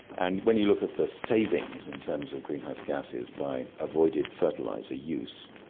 and when you look at the savings in terms of greenhouse gases by avoided fertiliser use,